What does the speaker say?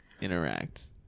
interact